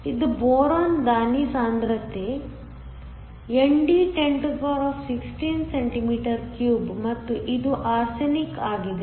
ಇದು ಬೋರಾನ್ ದಾನಿ ಸಾಂದ್ರತೆ ND 1016cm 3 ಮತ್ತು ಇದು ಆರ್ಸೆನಿಕ್ ಆಗಿದೆ